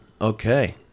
Okay